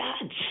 God's